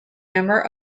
member